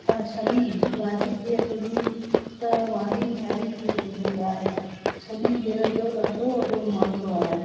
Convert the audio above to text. जंहिंजे मथां शनि राजी थिए तंहिंजी त वारी न्यारी थी वेंदी आहे शनि ग्रह जो ॾाढो वॾो महत्व आहे